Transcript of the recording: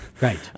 Right